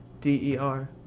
D-E-R